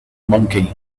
monkey